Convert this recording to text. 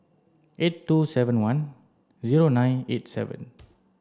eight two seven one zero nine eight seven